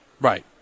Right